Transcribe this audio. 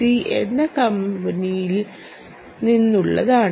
C എന്ന കമ്പനിയിൽ നിന്നുള്ളതാണ്